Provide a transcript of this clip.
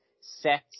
sets